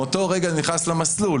מאותו רגע זה נכנס למסלול.